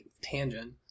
tangent